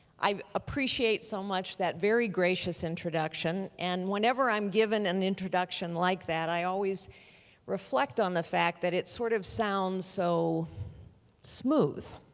i appreciate so much that very gracious introduction and whenever i'm given an introduction like that i always reflect on the fact that it sort of sounds so smooth.